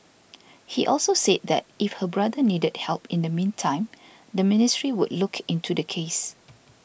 he also say that if her brother needed help in the meantime the ministry would look into the case